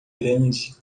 grande